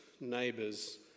neighbours